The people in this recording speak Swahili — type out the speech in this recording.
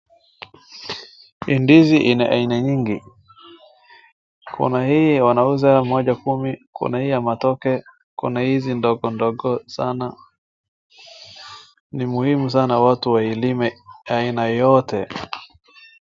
Ndizi ina aina nyingi, kuna hii wanauza moja kumi kuna hii ya matoke kuna hizi ndogo ndogo sana. Ni muhimu sana watu wailime aina yoyote.